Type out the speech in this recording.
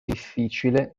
difficile